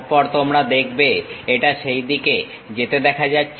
তারপর তোমরা দেখবে এটা সেই দিকে যেতে দেখা যাচ্ছে